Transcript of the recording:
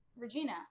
regina